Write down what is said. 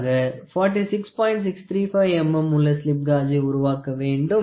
635 mm உள்ள slip காஜை உருவாக்க வேண்டும்